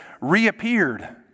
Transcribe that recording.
reappeared